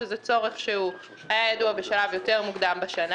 שזה צורך שהיה ידוע בשלב יותר מוקדם בשנה,